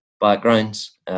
backgrounds